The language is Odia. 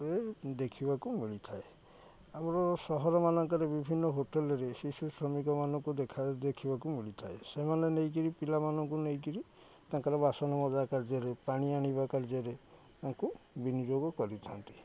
ଦେଖିବାକୁ ମିଳିଥାଏ ଆମର ସହରମାନଙ୍କରେ ବିଭିନ୍ନ ହୋଟେଲରେ ଶିଶୁ ଶ୍ରମିକମାନଙ୍କୁ ଦେଖ ଦେଖିବାକୁ ମିଳିଥାଏ ସେମାନେ ନେଇକିରି ପିଲାମାନଙ୍କୁ ନେଇକିରି ତାଙ୍କର ବାସନ ମଜା କାର୍ଯ୍ୟରେ ପାଣି ଆଣିବା କାର୍ଯ୍ୟରେ ତାଙ୍କୁ ବିନିଯୋଗ କରିଥାନ୍ତି